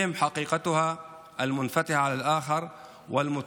לצערי יש מי שמנסים לעוות